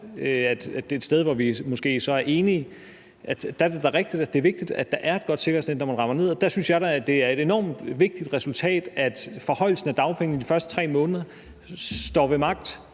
at det er et sted, hvor vi måske så er enige. Det er da rigtigt, at det er vigtigt, at der er et godt sikkerhedsnet, når man falder ned. Og der synes jeg da, at det er et enormt vigtigt resultat, at forhøjelsen af dagpenge i de første 3 måneder står ved magt.